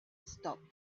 stopped